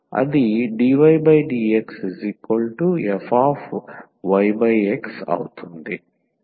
అది dydxfyx అవుతుంది